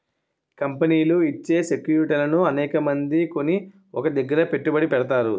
కంపెనీలు ఇచ్చే సెక్యూరిటీలను అనేకమంది కొని ఒక దగ్గర పెట్టుబడి పెడతారు